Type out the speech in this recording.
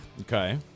Okay